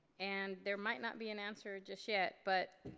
and there might not be and answer just yet, but